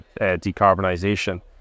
decarbonisation